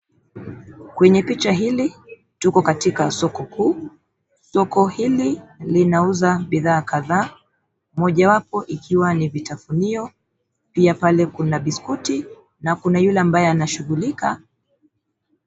Kwenye picha hili, tuko katika soko kuu. Soko hili linauza bidhaa kadhaa, mojawapo ikiwa ni vitafunio. Pia pale kuna biscuti na kuna yule ambaye anashughulika.